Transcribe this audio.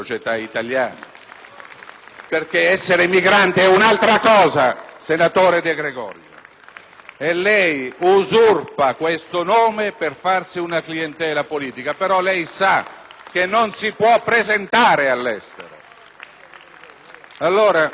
IdV).* Essere emigrante è altra cosa, senatore De Gregorio. Lei usurpa questo nome per farsi una clientela politica. Però, lei sa che non si può presentare all'estero!